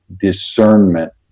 discernment